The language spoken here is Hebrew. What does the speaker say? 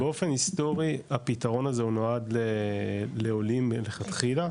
באופן היסטורי הפתרון הזה יועד לעולים מלכתחילה,